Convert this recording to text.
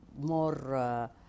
more